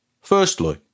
Firstly